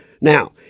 now